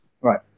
Right